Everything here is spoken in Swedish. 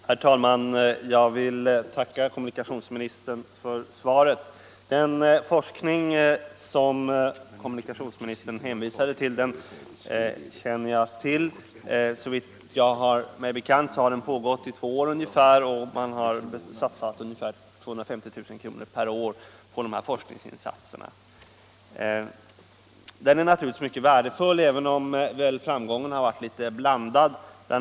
Herr talman! Jag tackar kommunikationsministern för svaret. Den forskning som kommunikationsministern hänvisade till känner jag till. Såvitt jag har mig bekant har den pågått ungefär två år. Man har satsat ca 250 000 kr. per år på dessa forskningsinsatser. Denna forskning är naturligtvis mycket värdefull även om framgången väl varit något blandad. BI.